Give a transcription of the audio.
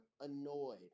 annoyed